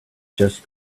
just